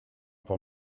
pour